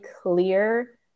clear